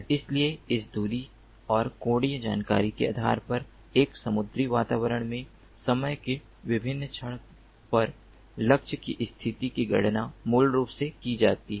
इसलिए इस दूरी और कोणीय जानकारी के आधार पर एक समुद्री वातावरण में समय के विभिन्न क्षण पर लक्ष्य की स्थिति की गणना मूल रूप से की जाती है